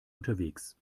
unterwegs